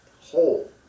whole